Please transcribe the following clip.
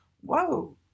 whoa